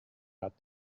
out